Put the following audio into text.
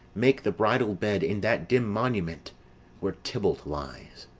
make the bridal bed in that dim monument where tybalt lies.